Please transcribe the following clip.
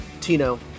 Tino